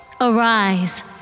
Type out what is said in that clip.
Arise